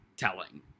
telling